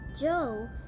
joe